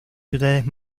ciudades